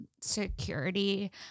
Security